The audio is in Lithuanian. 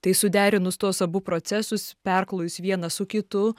tai suderinus tuos abu procesus perklojus vieną su kitu